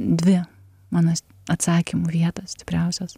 dvi mano atsakymų vietos tikriausios